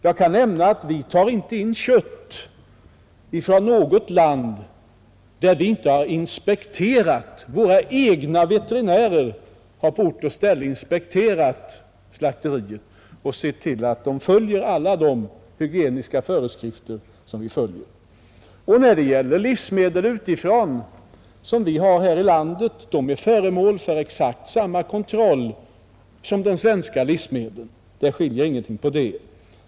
Jag kan nämna att vi inte tar in kött från något land, där inte våra egna veterinärer på ort och ställe har inspekterat slakterier och sett till att de följer alla de hygienföreskrifter som vi följer. Livsmedel utifrån, som vi använder i vårt land, är föremål för exakt samma kontroll som de svenska livsmedlen. Det skiljer ingenting på den punkten.